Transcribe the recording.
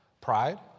pride